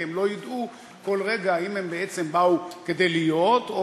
כי הם לא ידעו כל רגע האם הם בעצם באו כדי להיות או